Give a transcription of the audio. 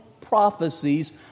prophecies